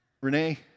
Renee